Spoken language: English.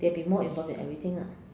they'll be more involved in everything ah